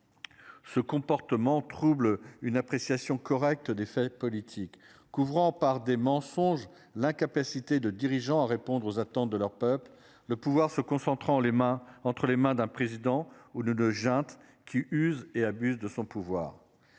Ce comportement trouble une appréciation correcte. Que des faits politiques couvrant par des mensonges l'incapacité de dirigeants à répondre aux attentes de leurs peuples. Le pouvoir se concentrant les mains entre les mains d'un président au lieu de junte qui use et abuse de son pouvoir.